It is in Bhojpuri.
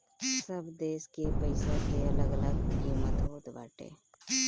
सब देस के पईसा के अलग अलग किमत होत बाटे